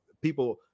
people